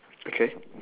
okay